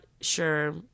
sure